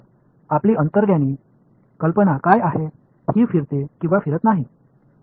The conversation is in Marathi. तर आपली अंतर्ज्ञानी कल्पना काय आहे ही फिरते किंवा फिरत नाही